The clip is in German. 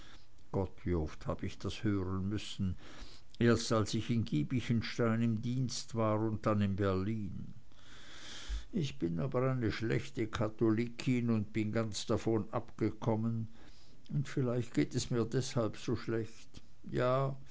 gott wie oft hab ich das hören müssen erst als ich in giebichenstein im dienst war und dann in berlin ich bin aber eine schlechte katholikin und bin ganz davon abgekommen und vielleicht geht es mir deshalb so schlecht ja